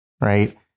right